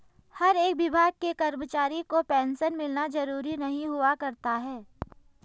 हर एक विभाग के कर्मचारी को पेन्शन मिलना जरूरी नहीं हुआ करता है